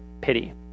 pity